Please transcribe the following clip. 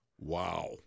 Wow